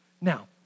Now